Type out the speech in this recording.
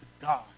God